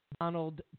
Donald